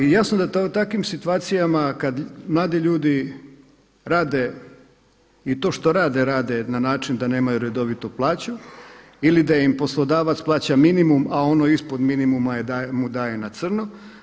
I jasno da u takvim situacijama kad mladi ljudi rade i to što rade, rade na način da nemaju redovitu plaću ili da im poslodavac plaća minimum a ono ispod minimuma mu daje na crno.